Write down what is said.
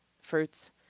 fruits